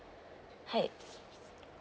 hi